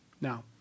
Now